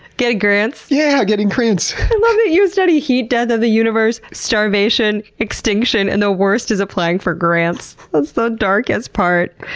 getting grants? yeah, getting grants! i love that you study heat death of the universe, starvation, extinction, and the worst is applying for grants. that's the darkest part.